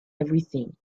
everything